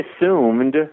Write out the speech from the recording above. assumed